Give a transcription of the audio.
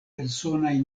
personaj